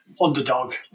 underdog